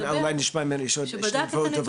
אנחנו אולי מכמה דוברים אחרים לפניו.